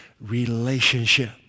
relationship